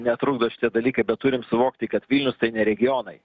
netrukdo šitie dalykai bet turim suvokti kad vilnius tai ne regionai